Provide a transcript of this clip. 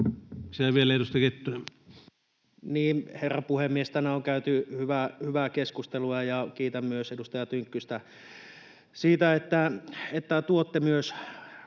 — Ja vielä edustaja Kettunen. Herra puhemies! Tänään on käyty hyvää keskustelua, ja kiitän edustaja Tynkkystä siitä, että tuotte omassa